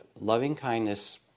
loving-kindness